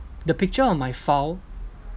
the picture on my file